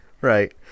Right